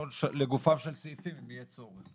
לגופם של סעיפים אם יהיה צורך.